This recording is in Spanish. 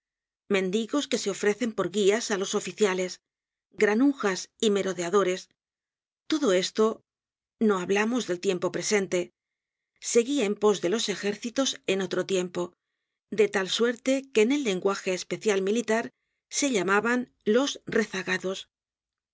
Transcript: mendigos que se ofrecen por guias á los oficiales granujas merodeadores todo estono hablamos del tiempo presente seguia en pos de los ejércitos en otro tiempo de tal suerte que en el lenguaje especial militar se llamaban los rezagados